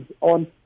on